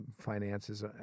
finances